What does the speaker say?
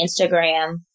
Instagram